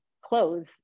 Clothes